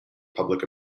public